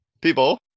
people